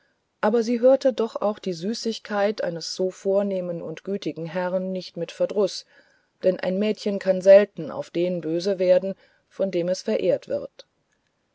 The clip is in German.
aber sie hörte doch auch die süßigkeiten eines so vornehmen und gütigen herrn nicht mit verdruß denn ein mädchen kann selten auf den böse werden von dem es verehrt wird